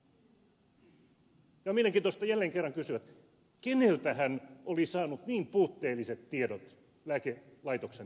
ja on mielenkiintoista jälleen kerran kysyä keneltä hän oli saanut niin puutteelliset tiedot lääkelaitoksen toiminnasta